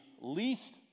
least